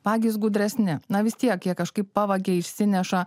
vagys gudresni na vis tiek jie kažkaip pavagia išsineša